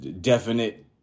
Definite